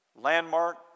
Landmark